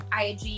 IG